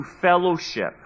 fellowship